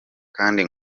kandi